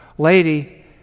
lady